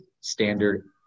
standard